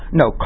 no